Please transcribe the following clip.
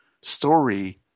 story